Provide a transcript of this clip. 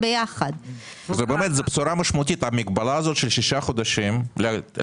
"תוכנית מאזנת כמשמעותה בסעיף 3א2(א4)",